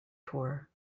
tour